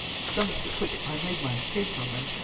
stung to the quick, i made my escape from them,